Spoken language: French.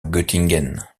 göttingen